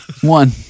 one